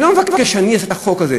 אני לא מבקש שאני אעשה את החוק הזה,